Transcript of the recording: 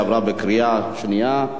עברה בקריאה שנייה.